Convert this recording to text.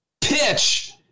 pitch